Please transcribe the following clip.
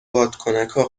بادکنکا